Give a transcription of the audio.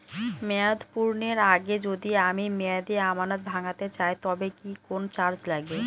মেয়াদ পূর্ণের আগে যদি আমি মেয়াদি আমানত ভাঙাতে চাই তবে কি কোন চার্জ লাগবে?